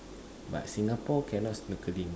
but Singapore cannot snorkelling